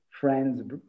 friends